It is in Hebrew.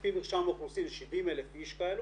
על פי מרשם האוכלוסין יש 70,000 איש כאלה